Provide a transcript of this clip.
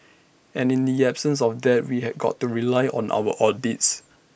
and in the absence of that we have got to rely on our audits